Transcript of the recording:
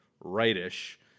right-ish